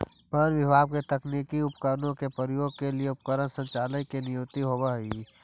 वन विभाग में तकनीकी उपकरणों के प्रयोग के लिए उपकरण संचालकों की नियुक्ति होवअ हई